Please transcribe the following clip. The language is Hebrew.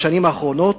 בשנים האחרונות,